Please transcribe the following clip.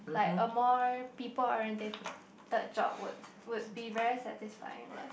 like a more people oriented job would would be very satisfying lah